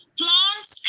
plants